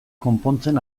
konpontzen